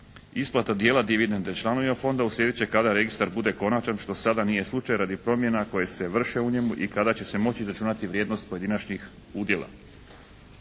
Isplata dijela dividende članovima Fonda uslijedit će kada registar bude konačan što sada nije slučaj radi promjena koje se vrše u njemu i kada će se moći izračunati vrijednost pojedinačnih udjela.